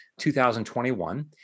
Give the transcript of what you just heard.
2021